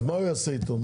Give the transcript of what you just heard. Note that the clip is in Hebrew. אז מה הוא יעשה איתו?